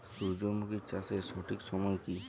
সূর্যমুখী চাষের সঠিক সময় কি?